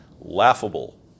laughable